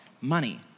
money